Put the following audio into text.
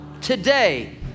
Today